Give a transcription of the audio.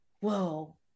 whoa